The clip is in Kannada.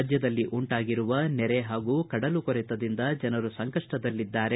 ರಾಜ್ಯದಲ್ಲಿ ಉಂಟಾಗಿರುವ ನೆರೆ ಹಾಗೂ ಕಡಲು ಕೊರೆತದಿಂದ ಜನರು ಸಂಕಷ್ಟದಲ್ಲಿ ಇದ್ದಾರೆ